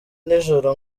nijoro